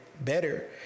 better